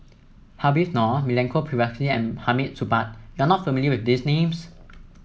Habib Noh Milenko Prvacki and Hamid Supaat you are not familiar with these names